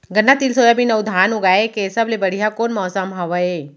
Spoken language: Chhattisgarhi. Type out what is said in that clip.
गन्ना, तिल, सोयाबीन अऊ धान उगाए के सबले बढ़िया कोन मौसम हवये?